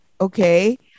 okay